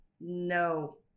No